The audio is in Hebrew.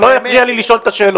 אז לא יפריע לי לשאול את השאלות.